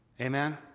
Amen